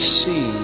see